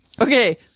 okay